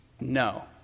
No